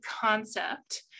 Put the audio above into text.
concept